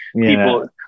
people